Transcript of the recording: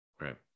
Right